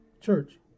church